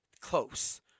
close